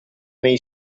nei